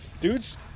dudes